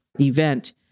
event